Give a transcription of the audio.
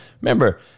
Remember